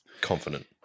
confident